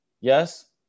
Yes